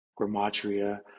gramatria